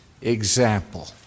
example